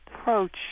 approach